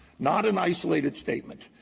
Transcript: not an isolated statement.